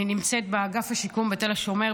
אני נמצאת באגף השיקום בתל השומר,